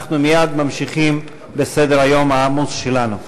אנחנו מייד ממשיכים בסדר-היום העמוס שלנו.